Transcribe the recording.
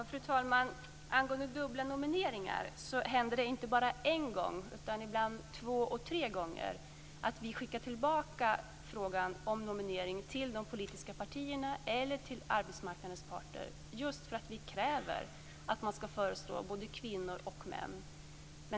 Fru talman! I fråga om dubbla nomineringar händer det inte bara en gång, utan ibland både två och tre gånger, att vi skickar tillbaka frågan om nominering till de politiska partierna eller arbetsmarknadens parter just för att vi kräver förslag på både kvinnor och män.